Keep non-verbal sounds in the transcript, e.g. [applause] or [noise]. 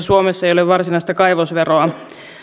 [unintelligible] suomessa ei ole varsinaista kaivosveroa